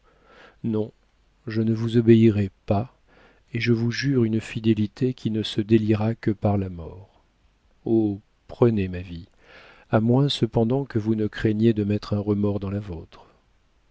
non je ne vous obéirai pas et je vous jure une fidélité qui ne se déliera que par la mort oh prenez ma vie à moins cependant que vous ne craigniez de mettre un remords dans la vôtre